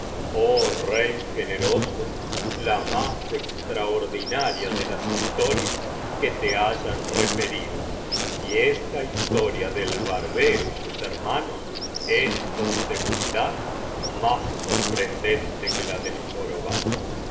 rey generoso la más extraordinaria de las historias que te hayan referido y esta historia del barbero y sus hermanos es con seguridad más sorprendente que la del jorobado